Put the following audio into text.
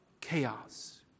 Chaos